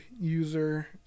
user